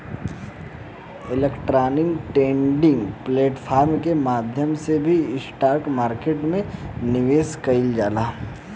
electronic trading platform के माध्यम से भी स्टॉक मार्केट में निवेश कईल जाला